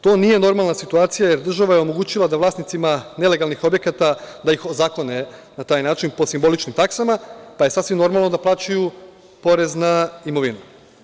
To nije normalna situacija, jer država je omogućila da vlasnicima nelegalnih objekata da ih ozakone na taj način po simboličnim taksama, pa je sasvim normalno da plaćaju porez na imovinu.